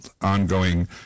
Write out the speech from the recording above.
ongoing